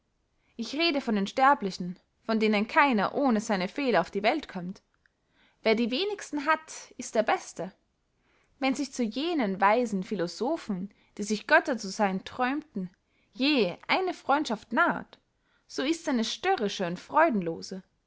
ich rede von den sterblichen von denen keiner ohne seine fehler auf die welt kömmt wer die wenigsten hat ist der beste wenn sich zu jenen weisen philosophen die sich götter zu seyn träumen je eine freundschaft naht so ists eine störrische und